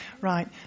Right